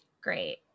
Great